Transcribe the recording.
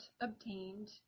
obtained